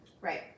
right